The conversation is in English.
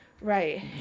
Right